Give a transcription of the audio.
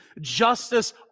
justice